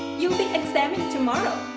you'll be examined tomorrow.